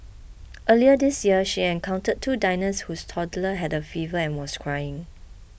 earlier this year she encountered two diners whose toddler had a fever and was crying